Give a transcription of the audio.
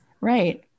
right